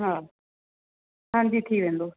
हा हांजी थी वेंदो